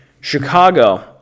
Chicago